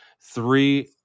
three